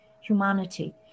Humanity